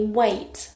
weight